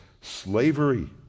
slavery